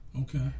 Okay